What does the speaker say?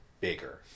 bigger